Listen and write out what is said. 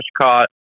caught